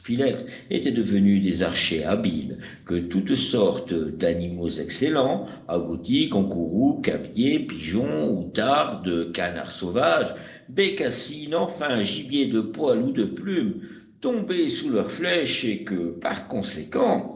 étaient devenus des archers habiles que toutes sortes d'animaux excellents agoutis kangourous cabiais pigeons outardes canards sauvages bécassines enfin gibier de poil ou de plume tombaient sous leurs flèches et que par conséquent